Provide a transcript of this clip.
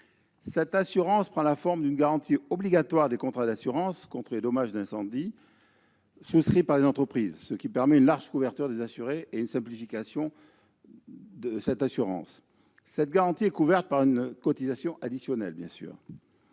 Cette assurance prend la forme d'une garantie obligatoire des contrats d'assurance contre les dommages d'incendie souscrits par les entreprises, ce qui permet une large couverture des assurés et une simplification. Cette garantie est couverte par une cotisation additionnelle. Le